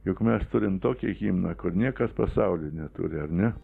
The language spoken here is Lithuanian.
jog mes turim tokį himną kur niekas pasauly neturi ar ne